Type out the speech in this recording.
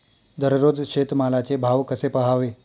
दररोज शेतमालाचे भाव कसे पहावे?